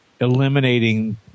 eliminating